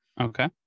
Okay